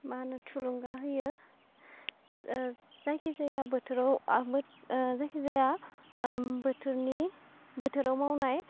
मा होनो थुलुंगा होयो जायखिजाया बोथोराव आबाद जायखिजाया बोथोरनि बेथोराव मावनाय